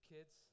Kids